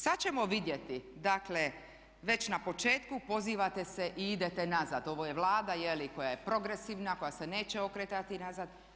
Sad ćemo vidjeti dakle već na početku pozivate se i idete nazad, ovo je Vlada je li koja je progresivna, koja se neće okretati nazad.